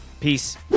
Peace